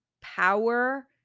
power –